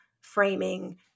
framing